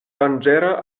danĝera